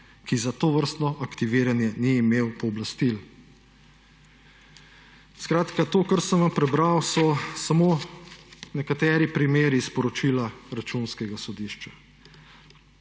ki za tovrstno aktiviranje ni imel pooblastil. To, kar sem vam prebral, so samo nekateri primeri sporočila Računskega sodišča.